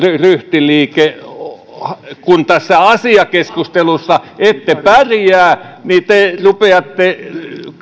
ryhtiliike kun tässä asiakeskustelussa ette pärjää niin te rupeatte